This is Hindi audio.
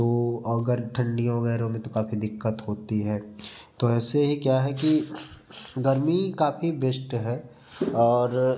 तो अगर ठंडी वगैरह में काफ़ी दिक्कत होती है तो ऐसे ही क्या है कि गर्मी काफ़ी बेस्ट है और